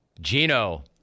Gino